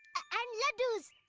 and laddus!